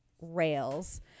rails